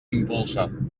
impulsa